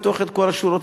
לפתוח את כל השורות,